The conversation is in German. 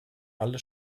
alle